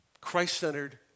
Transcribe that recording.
Christ-centered